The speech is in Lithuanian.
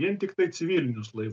vien tiktai civilinius laiv